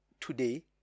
today